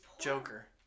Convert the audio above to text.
joker